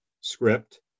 script